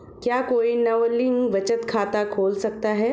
क्या कोई नाबालिग बचत खाता खोल सकता है?